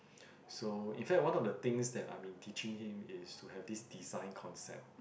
so in fact one of the things that I've been teaching him is to have this design concept